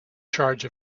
charge